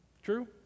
true